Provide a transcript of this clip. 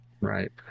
Right